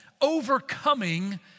overcoming